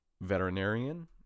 veterinarian